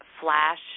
flash